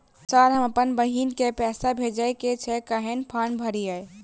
Sir हम अप्पन बहिन केँ पैसा भेजय केँ छै कहैन फार्म भरीय?